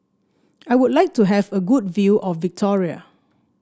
I would like to have a good view of Victoria